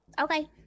Okay